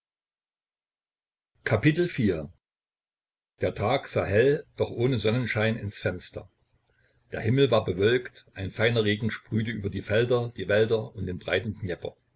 der tag sah hell doch ohne sonnenschein ins fenster der himmel war bewölkt ein feiner regen sprühte über die felder die wälder und den breiten